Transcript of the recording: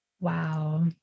Wow